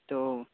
तो